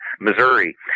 Missouri